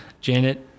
Janet